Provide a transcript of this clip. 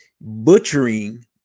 butchering